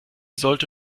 sollte